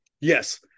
yes